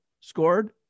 scored